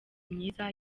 myiza